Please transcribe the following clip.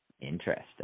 Interesting